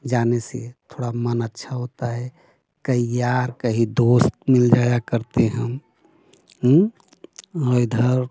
जाने से थोड़ा मन अच्छा होता है कहीं यार कई दोस्त मिल जाया करते हम और इधर